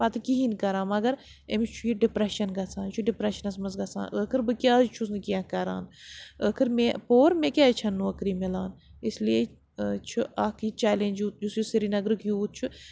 پَتہٕ کِہیٖنۍ کَران مگر أمِس چھُ یہِ ڈِپریٚشَن گژھان یہِ چھُ ڈِپریشنَس منٛز گژھان ٲخٕر بہٕ کیازِ چھُس نہٕ کینٛہہ کَران ٲخٕر مےٚ پوٚر مےٚ کیازِ چھَنہٕ نوکری مِلان اِسلیے چھُ اَکھ یہِ چیلینج یہِ یُس یہِ سریٖنَگرُک یوٗتھ چھُ